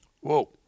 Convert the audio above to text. Whoa